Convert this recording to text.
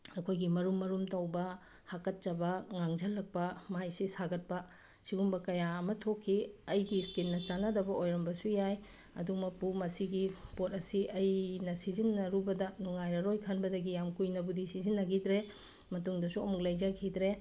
ꯑꯩꯈꯣꯏꯒꯤ ꯃꯔꯨꯝ ꯃꯔꯨꯝ ꯇꯧꯕ ꯍꯥꯛꯀꯆꯕ ꯉꯥꯡꯁꯤꯜꯂꯛꯄ ꯃꯥꯏꯁꯤ ꯁꯥꯒꯠꯄ ꯑꯁꯤꯒꯨꯝꯕ ꯀꯌꯥ ꯑꯃ ꯊꯣꯛꯈꯤ ꯑꯩꯒꯤ ꯁ꯭ꯀꯤꯟꯅ ꯆꯥꯟꯅꯗꯕ ꯑꯣꯏꯔꯝꯕꯁꯨ ꯌꯥꯏ ꯑꯗꯨꯃꯛꯄꯨ ꯃꯁꯤꯒꯤ ꯄꯣꯠ ꯑꯁꯤ ꯑꯩꯅ ꯁꯤꯖꯤꯟꯅꯔꯨꯕꯗ ꯅꯨꯡꯉꯥꯏꯔꯔꯣꯏ ꯈꯟꯕꯗꯒꯤ ꯌꯥꯝ ꯀꯨꯏꯅꯕꯨꯗꯤ ꯁꯤꯖꯤꯟꯅꯈꯤꯗ꯭ꯔꯦ ꯃꯇꯨꯡꯗꯁꯨ ꯑꯃꯨꯛ ꯂꯩꯖꯈꯤꯗ꯭ꯔꯦ